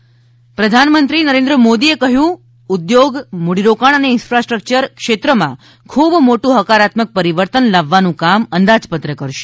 Modi budget પ્રધાનમંત્રી નરેન્દ્ર મોદી એ કહ્યું છે કે ઉદ્યોગ મૂડીરોકાણ અને ઇન્ફાસ્ટ્રકચર ક્ષેત્રમાં ખૂબ મોટું હકારાત્મક પરીવર્તન લાવવાનું કામ અંદાજપત્ર કરશે